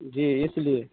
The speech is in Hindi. जी इस लिए